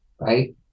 Right